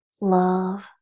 love